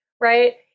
right